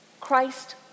Christ